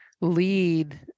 lead